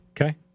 Okay